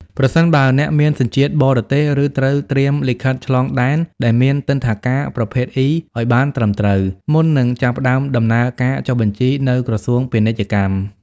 ប្រសិនបើអ្នកមានសញ្ជាតិបរទេស អ្នកត្រូវត្រៀមលិខិតឆ្លងដែនដែលមានទិដ្ឋាការប្រភេទ E ឱ្យបានត្រឹមត្រូវ មុននឹងចាប់ផ្ដើមដំណើរការចុះបញ្ជីនៅ ក្រសួងពាណិជ្ជកម្ម។